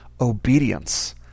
obedience